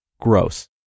Gross